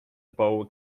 bow